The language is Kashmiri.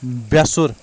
بے سُر